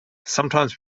sometimes